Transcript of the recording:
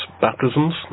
baptisms